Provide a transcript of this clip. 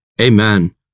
Amen